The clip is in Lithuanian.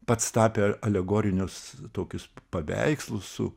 pats tapė alegorinius tokius paveikslus su